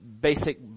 basic